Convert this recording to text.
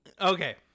Okay